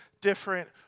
different